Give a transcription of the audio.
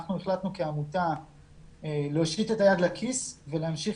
אנחנו החלטנו כעמותה להושיט את היד לכיס ולהמשיך